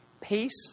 Peace